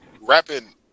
rapping